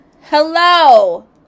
Hello